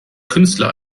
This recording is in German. künstler